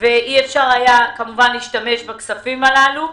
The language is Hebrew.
ואי אפשר היה להשתמש בכספים הללו.